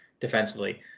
defensively